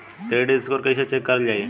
Credit score कइसे check करल जायी?